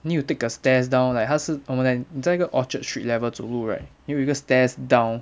need to take a stairs down leh 他是我们你在 orchard street level 走路 right 又有一个 stairs down